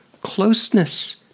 Closeness